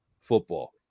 football